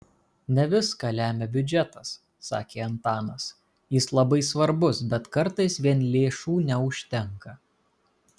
ne viską lemia biudžetas sakė antanas jis labai svarbus bet kartais vien lėšų neužtenka